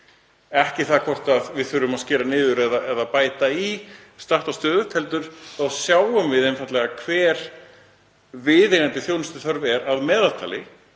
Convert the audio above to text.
Ekki það hvort við þurfum að skera niður eða bæta í statt og stöðugt heldur sjáum við einfaldlega hver viðeigandi þjónustuþörf er að meðaltali